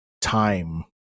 time